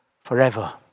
forever